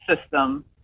system